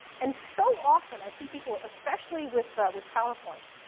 and so often, i see people, especially with with powerpoint,